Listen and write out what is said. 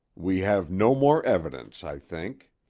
we have no more evidence, i think.